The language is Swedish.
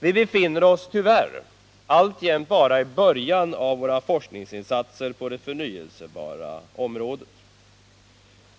Vi befinner oss tyvärr alltjämt bara i början av våra forskningsinsatser på det förnyelsebara området.